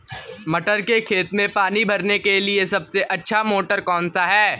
मटर के खेत में पानी भरने के लिए सबसे अच्छा मोटर कौन सा है?